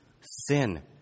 sin